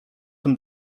tym